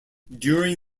during